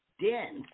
dense